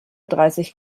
dreißig